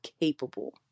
capable